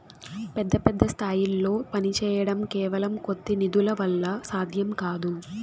పెద్ద పెద్ద స్థాయిల్లో పనిచేయడం కేవలం కొద్ది నిధుల వల్ల సాధ్యం కాదు